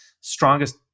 strongest